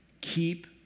Keep